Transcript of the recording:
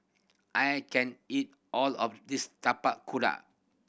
I can't eat all of this Tapak Kuda